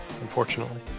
unfortunately